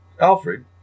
alfred